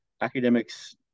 academics